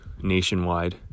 nationwide